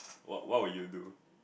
what what would you do